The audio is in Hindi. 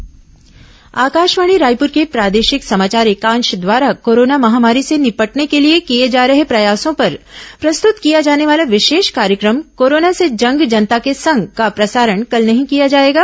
कोरोना विशेष कार्यक्रम आकाशवाणी रायपुर के प्रादेशिक समाचार एकांश द्वारा कोरोना महामारी से निपटने के लिए किए जा रहे प्रयासों पर प्रस्तुत किया जाने वाला विशेष कार्यक्रम कोरोना से जंग जनता के संग का प्रसारण कल नहीं किया जाएगा